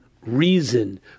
Reason